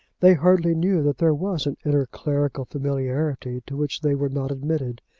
they hardly knew that there was an inner clerical familiarity to which they were not admitted.